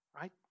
right